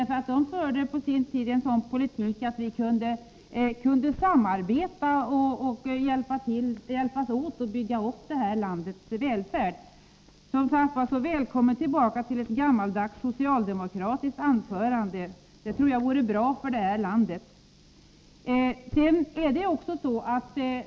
De förde på sin tid en sådan politik att vi kunde samarbeta och hjälpas åt att bygga upp det här landets välfärd. Välkommen tillbaka med ett gammaldags socialdemokratiskt anförande. Det tror jag vore bra för det här landet.